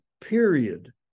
period